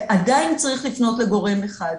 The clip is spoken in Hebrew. עדיין צריך לפנות לגורם אחד.